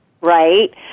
right